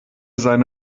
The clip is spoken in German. seine